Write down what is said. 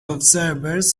observers